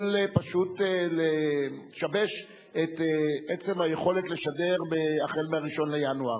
פשוט לשבש את עצם היכולת לשדר החל מ-1 בינואר,